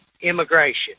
immigration